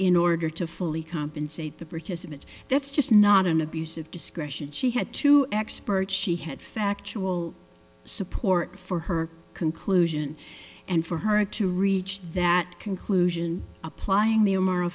in order to fully compensate the purchase of it that's just not an abuse of discretion she had two experts she had factual support for her conclusion and for her to reach that conclusion applying the omara